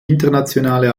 internationale